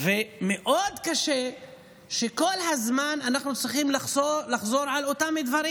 ומאוד קשה שכל הזמן אנחנו צריכים לחזור על אותם דברים.